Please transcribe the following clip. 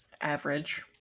average